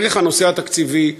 דרך הנושא התקציבי,